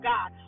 God